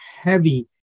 heavy